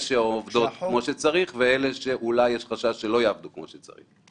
שעובדות כמו שצריך ואלה שאולי יש חשש שלא יעבדו כמו שצריך.